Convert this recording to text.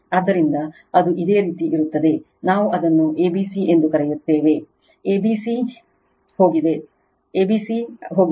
ಆದ್ದರಿಂದ ಅದು ಇದೇ ರೀತಿ ಇರುತ್ತದೆ ನಾವು ಅದನ್ನು a b c ಎಂದು ಕರೆಯುತ್ತೇವೆ a b c ಹೋಗಿದೆ